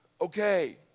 Okay